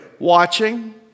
watching